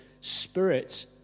spirit